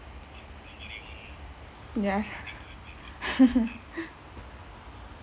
ya